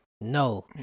No